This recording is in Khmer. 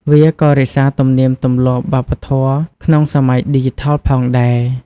វាក៏រក្សាទំនៀមទម្លាប់វប្បធម៌ក្នុងសម័យឌីជីថលផងដែរ។